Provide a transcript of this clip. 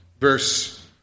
verse